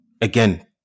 again